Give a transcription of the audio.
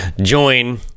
Join